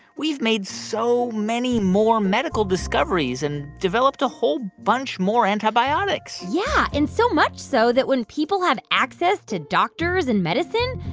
we've made so many more medical discoveries and developed a whole bunch more antibiotics yeah. and so much so that when people have access to doctors and medicine,